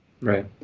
Right